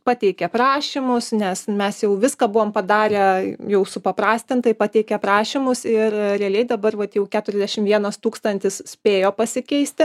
pateikė prašymus nes mes jau viską buvom padarę jau supaprastintai pateikė prašymus ir a realiai dabar vat jau keturiasdešimt vienas tūkstantis spėjo pasikeisti